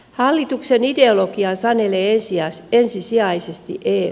hallituksen ideologian sanelee ensisijaisesti eu